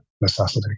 necessity